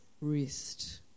rest